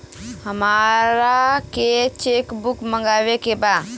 हमारा के cheque book मगावे के बा?